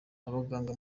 abaganga